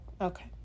okay